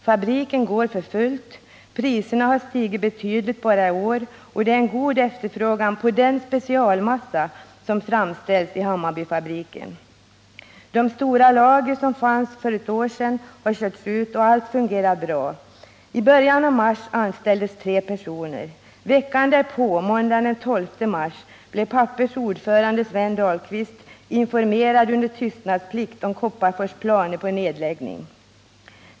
Fabriken går för fullt. Priserna har stigit betydligt bara i år, och det är en god efterfrågan på den specialmassa som framställs i Hammarbyfabriken. De stora lager som fanns för ett år sedan har körts ut, och allt fungerar bra. I början av mars anställdes tre personer. Veckan därpå, måndagen den 12 mars, blev Pappers ordförande Sven Dahlqvist informerad under tystnadsplikt om Kopparfors planer på en nedläggning.